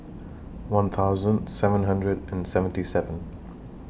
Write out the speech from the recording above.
one thousand seven hundred and seventy seven